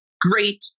Great